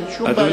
אין שום בעיה.